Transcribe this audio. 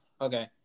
okay